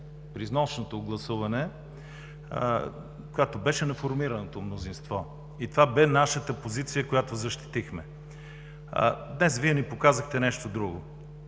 при снощното гласуване на формираното мнозинство, това бе и нашата позиция, която защитихме. Днес Вие ни показахте нещо друго